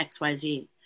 xyz